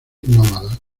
nómadas